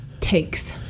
takes